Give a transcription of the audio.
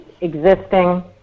existing